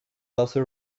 also